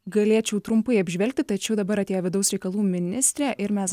galėčiau trumpai apžvelgti tačiau dabar atėjo vidaus reikalų ministrė ir mes